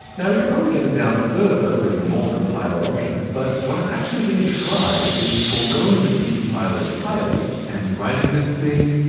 now we could probably get it down further with more compiler options, but what i'm actually gonna try is forgoing the c compiler entirely, and writing this thing.